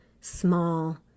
small